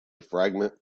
fragment